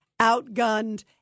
Outgunned